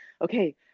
okay